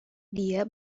dia